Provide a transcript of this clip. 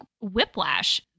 whiplash